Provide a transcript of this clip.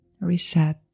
reset